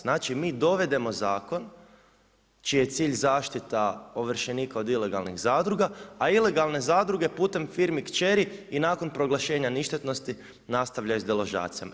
Znači mi dovedemo zakon čiji je cilj zaštita ovršenika od ilegalnih zadruga, a ilegalne zadruge putem firmi kćeri i nakon proglašenja ništetnosti nastavljaju s deložacijama.